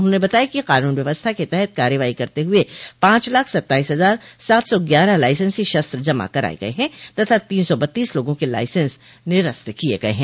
उन्होंने बताया कि कानून व्यवस्था के तहत कार्रवाई करते हुए पांच लाख सत्तासी हजार सात सौ ग्यारह लाइसेंसी शस्त्र जमा कराये गये हैं तथा तीन सौ बत्तीस लोंगो के लाइसेंस निरस्त किये गये हैं